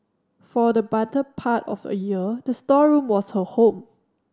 for the better part of a year the storeroom was her home